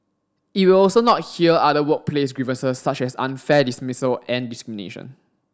it will also not hear other workplace grievances such as unfair dismissal and discrimination